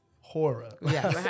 horror